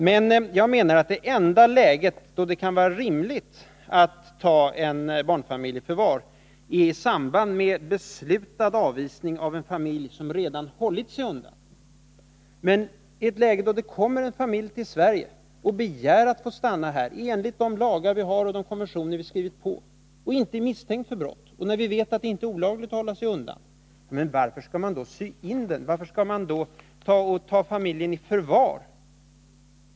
Jag anser emellertid att det enda läge där det kan vara rimligt att ta en barnfamilj i förvar är i samband med beslutad avvisning av en familj som redan hållit sig undan. Men i ett läge då det kommer en familj till Sverige och beg skrivit på, en familj som inte är misstänkt för brott och när vi vet att det inte är att få stanna här enligt de lagar vi har och enligt de konventioner vi olagligt att hålla sig undan. varför skall man då sy in familjen och ta den i förvar?